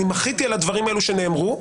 אני מחיתי על הדברים האלה שנאמרו,